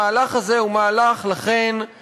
לכן המהלך הזה הוא מהלך מוטעה,